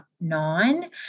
nine